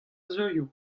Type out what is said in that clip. zeuio